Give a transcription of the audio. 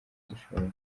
dushoboye